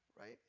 right